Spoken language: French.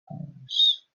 france